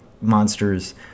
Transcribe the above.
monsters